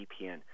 VPN